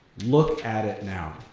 look at it now.